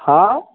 हाँ